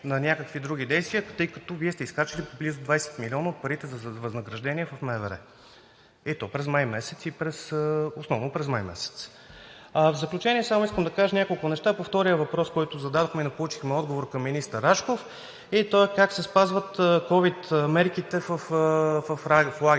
на някакви други действия, тъй като Вие сте изхарчили близо 20 милиона от парите за възнаграждения в МВР, и то основно през месец май. В заключение искам само да кажа няколко неща по втория въпрос, който зададохме и не получихме отговор към министър Рашков, и той е: как се спазват ковид мерките в лагерите?